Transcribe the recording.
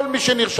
כל מי שנרשם,